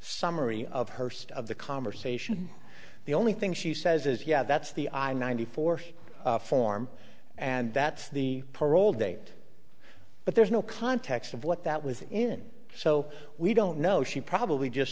summary of her state of the conversation the only thing she says is yeah that's the i ninety four form and that's the parole date but there's no context of what that was in so we don't know she probably just